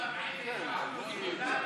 לא נתקבלה.